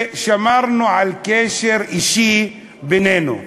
ושמרנו על קשר אישי בינינו.